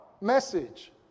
message